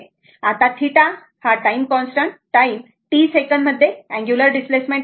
आत्ता θ ही time t second मध्ये एग्युलर डिस्प्लेसमेंट आहे